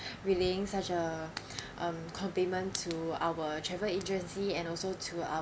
really such a um compliment to our travel agency and also to our